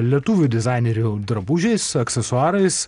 lietuvių dizainerių drabužiais aksesuarais